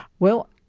well,